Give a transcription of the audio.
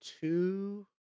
two